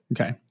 Okay